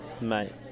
mate